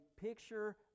picture